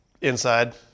inside